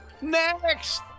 Next